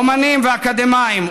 אומנים ואקדמאים,